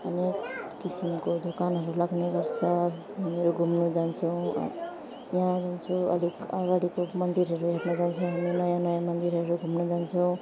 अनेक किसिमको दोकानहरू लाग्ने गर्छ हामीहरू घुम्नु जान्छौँ यहाँ जान्छौँ अलिक अगाडिको मन्दिरहरू हेर्न जान्छौँ हामी नयाँ नयाँ मन्दिरहरू घुम्न जान्छौँ